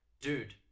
Dude